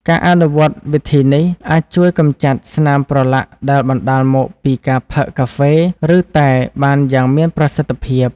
ការអនុវត្តវិធីនេះអាចជួយកម្ចាត់ស្នាមប្រឡាក់ដែលបណ្តាលមកពីការផឹកកាហ្វេ ឬតែបានយ៉ាងមានប្រសិទ្ធភាព។